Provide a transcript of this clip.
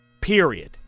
Period